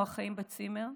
או החיים בצימר,